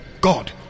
god